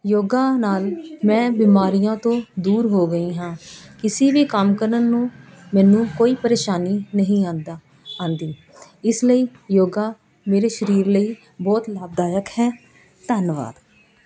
ਯੋਗਾ ਨਾਲ ਮੈਂ ਬਿਮਾਰੀਆਂ ਤੋਂ ਦੂਰ ਹੋ ਗਈ ਹਾਂ ਕਿਸੀ ਵੀ ਕੰਮ ਕਰਨ ਨੂੰ ਮੈਨੂੰ ਕੋਈ ਪਰੇਸ਼ਾਨੀ ਨਹੀਂ ਆਉਂਦਾ ਆਉਂਦੀ ਇਸ ਲਈ ਯੋਗਾ ਮੇਰੇ ਸਰੀਰ ਲਈ ਬਹੁਤ ਲਾਭਦਾਇਕ ਹੈ ਧੰਨਵਾਦ